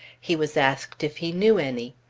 he was asked if he knew any.